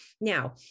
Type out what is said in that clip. now